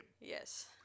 Yes